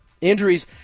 Injuries